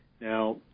Now